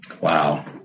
wow